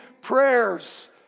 prayers